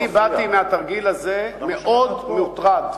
אני באתי מהתרגיל הזה מאוד מוטרד.